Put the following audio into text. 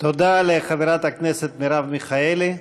תודה לחברת הכנסת מרב מיכאלי.